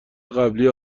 قبلی